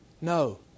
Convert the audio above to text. No